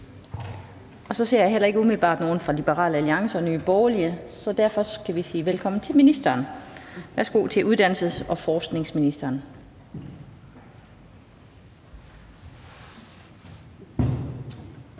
jeg umiddelbart heller ikke nogen fra Liberal Alliance eller Nye Borgerlige, så derfor skal vi sige velkommen til ministeren. Værsgo til uddannelses- og forskningsministeren.